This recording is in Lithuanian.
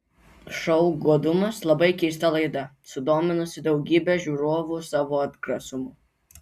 šou godumas labai keista laida sudominusi daugybę žiūrovu savo atgrasumu